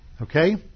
okay